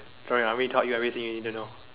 sorry army taught you everything you need to know